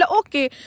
okay